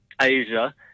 Asia